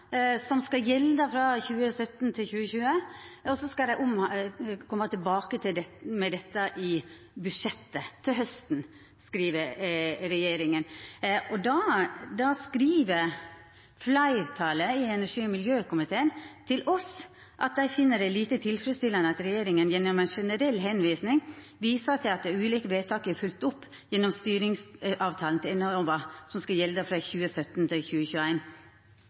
som skal gjelda frå 2017 til 2020, og så skal dei koma tilbake med dette i budsjettet til hausten. Det skriv regjeringa. Då skriv fleirtalet i energi- og miljøkomiteen til oss at dei «finner det lite tilfredsstillende at regjeringen gjennom en generell henvisning viser til at de ulike vedtakene er fulgt opp gjennom oppdragsbrevet til Enova», som skal gjelda frå 2017 til